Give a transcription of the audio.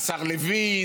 השר לוין,